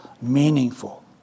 meaningful